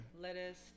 Lettuce